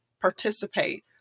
participate